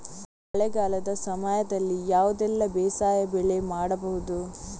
ಮಳೆಗಾಲದ ಸಮಯದಲ್ಲಿ ಯಾವುದೆಲ್ಲ ಬೇಸಾಯ ಬೆಳೆ ಮಾಡಬಹುದು?